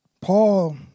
Paul